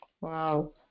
Wow